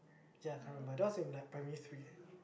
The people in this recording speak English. ya can't remember that was in like primary three